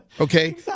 Okay